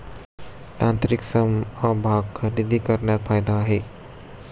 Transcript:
तांत्रिक समभाग खरेदी करण्यात फायदा आहे